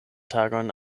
tagojn